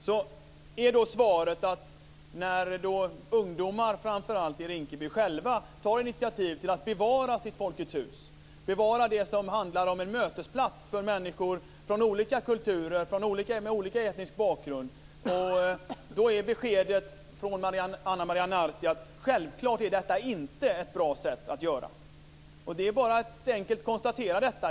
Svaret är att när ungdomar i framför allt Rinkeby själva tar initiativ till att bevara sitt folkets hus, bevara det som handlar om en mötesplats för människor från olika kulturer och med olika etnisk bakgrund, är beskedet från Ana Maria Narti: Självklart är detta inte ett bra sätt att göra det på. Det är bara att enkelt konstatera detta.